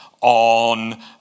on